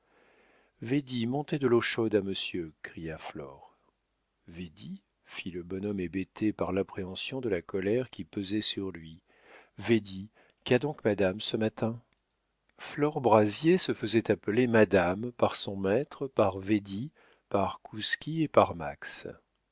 védie montez de l'eau chaude à monsieur cria flore védie fit le bonhomme hébété par l'appréhension de la colère qui pesait sur lui védie qu'a donc madame ce matin flore brazier se faisait appeler madame par son maître par védie par kouski et par max